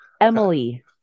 Emily